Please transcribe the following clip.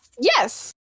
Yes